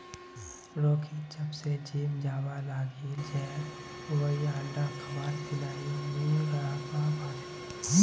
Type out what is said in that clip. Rocky जब स gym जाबा लागिल छ वइ अंडा खबार बिनइ नी रहबा पा छै